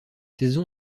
saison